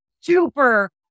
super